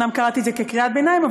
אומנם קראתי קריאת ביניים,